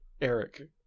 eric